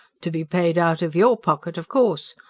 to be paid out of your pocket, of course!